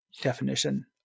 definition